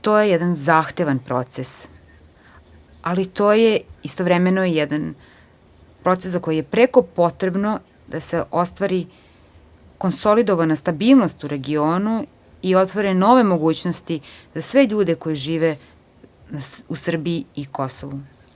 To je jedan zahtevan proces, ali je to istovremeno i jedan proces za koji je preko potrebno da se ostvari konsolidovana stabilnost u regionu i otvore nove mogućnosti za sve ljude koji žive u Srbiji i na Kosovu.